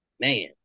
man